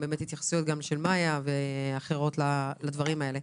התייחסויות של מאיה ואחרות לדברים האלה.